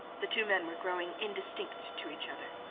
the two men were growing indistinct to each other.